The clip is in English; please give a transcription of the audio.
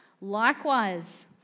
Likewise